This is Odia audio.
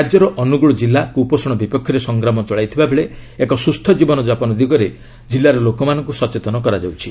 ରାଜ୍ୟର ଅନୁଗୁଳ କିଲ୍ଲା କୁପୋଷଣ ବିପକ୍ଷରେ ସଂଗ୍ରାମ ଚଳାଇଥିବାବେଳେ ଏକ ସୁସ୍ଥ ଜୀବନ ଯାପନ ଦିଗରେ ଜିଲ୍ଲାର ଲୋକମାନଙ୍କୁ ସଚେତନ କରାଯାଉଛି